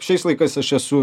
šiais laikais aš esu